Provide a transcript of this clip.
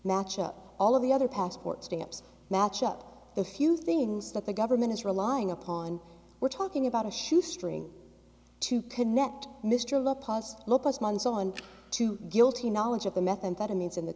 match up all of the other passport stamps match up the few things that the government is relying upon we're talking about a shoe string to connect mr look plus months on to guilty knowledge of the methamphetamines in the